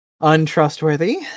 untrustworthy